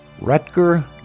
Rutger